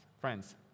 Friends